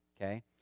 okay